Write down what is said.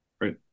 right